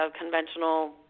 conventional